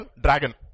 Dragon